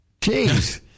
Jeez